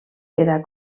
quedar